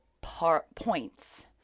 points